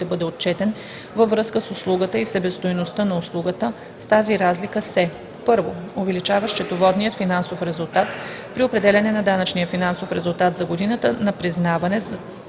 бъде отчетен във връзка с услугата и себестойността на услугата, с тази разлика се: 1. увеличава счетоводният финансов резултат при определяне на данъчния финансов резултат за годината на признаване за